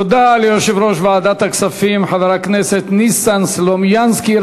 תודה ליושב-ראש ועדת הכספים חבר הכנסת ניסן סלומינסקי.